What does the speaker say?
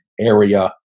area